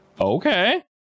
Okay